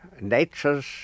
nature's